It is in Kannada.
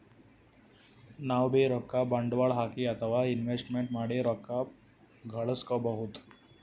ನಾವ್ಬೀ ರೊಕ್ಕ ಬಂಡ್ವಾಳ್ ಹಾಕಿ ಅಥವಾ ಇನ್ವೆಸ್ಟ್ಮೆಂಟ್ ಮಾಡಿ ರೊಕ್ಕ ಘಳಸ್ಕೊಬಹುದ್